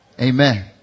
amen